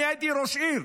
אני הייתי ראש עיר,